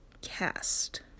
cast